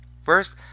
First